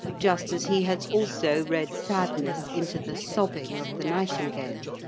just as he has also read sadness into the sobbing of the nightingale.